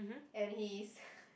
and he is